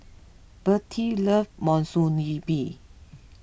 Bertie loves Monsunabe